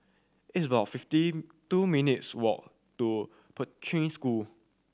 it's about fifty two minutes' walk to Poi Ching School